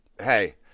hey